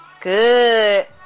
Good